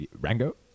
Rango